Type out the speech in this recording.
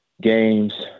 games